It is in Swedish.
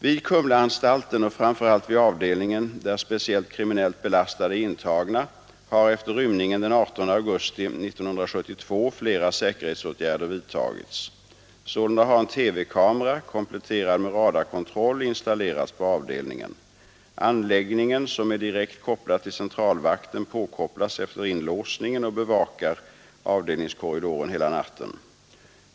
Vid Kumlaanstalten och framför allt vid avdelningen där speciellt kriminellt belastade är intagna har efter rymningen den 18 augusti 1972 flera säkerhetsåtgärder vidtagits. Sålunda har en TV-kamera, kompletterad med radarkontroll, installerats på avdelningen. Anläggningen, som är direkt kopplad till centralvakten, påkopplas efter inlåsningen och bevakar avdelningskorridoren hela natten.